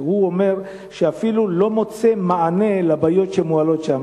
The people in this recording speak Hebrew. שהוא אומר שהוא אפילו לא מוצא מענה לבעיות שמועלות שם.